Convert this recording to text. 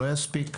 לא יספיק.